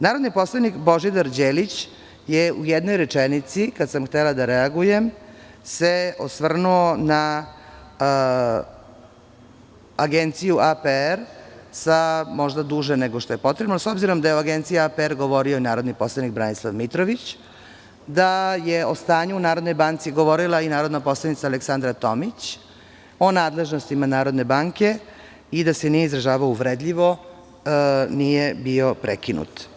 Narodni poslanik Božidar Đelić se u jednoj rečenici, kada sam htela da reagujem, osvrnuo na APR, možda duže nego što je potrebno, ali s obzirom da je o APR-u govorio narodni poslanik Branislav Mitrović, da je o stanju u Narodnoj banci govorila i narodna poslanica Aleksandra Tomić, o nadležnostima Narodne banke i da se nije izražavao uvredljivo, nije bio prekinut.